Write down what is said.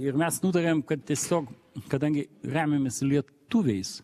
ir mes nutarėm kad tiesiog kadangi remiamės lietuviais